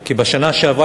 כי בשנה שעברה,